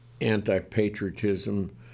anti-patriotism